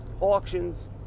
auctions